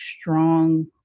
strong